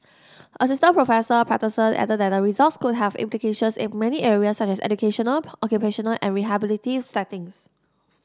Assistant Professor Patterson added that the results could have implications in many areas such as educational occupational and rehabilitative settings